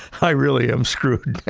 i really am screwed.